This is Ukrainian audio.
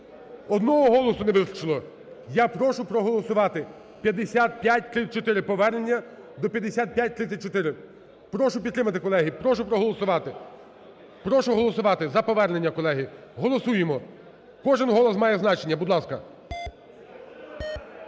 Одного голосу не вистачило. Я прошу проголосувати 5534, повернення до 5534. Прошу підтримати, колеги, прошу проголосувати. Прошу голосувати за повернення, колеги. Голосуємо. Кожен голос має значення. Будь ласка.